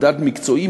מדד מקצועי,